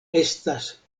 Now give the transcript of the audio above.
estas